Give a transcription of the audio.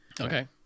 Okay